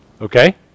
Okay